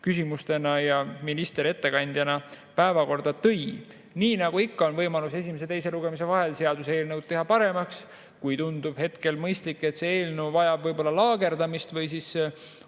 küsimustena ja minister ettekandjana päevakorda tõid. Nii nagu ikka, on võimalus esimese ja teise lugemise vahel seaduseelnõu paremaks teha. Kui tundub hetkel mõistlik, et see eelnõu vajab võib-olla laagerdamist või vahepeal